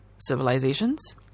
civilizations